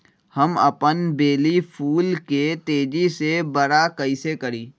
हम अपन बेली फुल के तेज़ी से बरा कईसे करी?